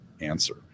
answer